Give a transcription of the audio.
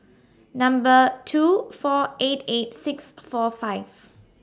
Number two four eight eight six four five